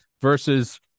versus